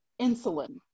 insulin